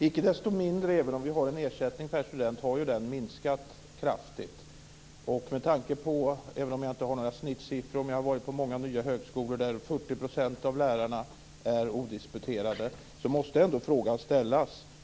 Fru talman! Även om vi har en ersättning per student, så har den minskat kraftigt. Jag har inga snittsiffror, men jag har varit på många nya högskolor där 40 % av lärarna är odisputerade.